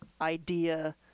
idea